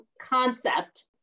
concept